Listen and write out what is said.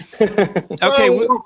Okay